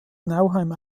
nauheim